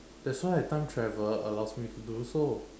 that's why time travel allows me to do so